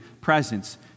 presence